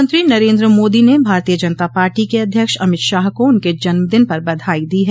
प्रधानमंत्री नरेन्द्र मोदी ने भारतीय जनता पार्टी के अध्यक्ष अमित शाह को उनके जन्म दिन पर बधाई दी है